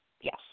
Yes